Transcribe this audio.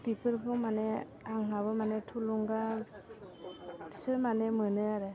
बेफोरखौ माने आंहाबो माने थुलुंगा बिसोर माने मोनो आरो